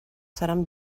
seran